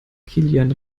kilian